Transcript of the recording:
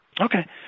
Okay